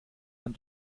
man